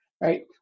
Right